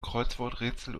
kreuzworträtsel